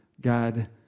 God